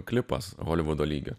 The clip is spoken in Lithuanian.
klipas holivudo lygio